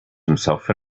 himself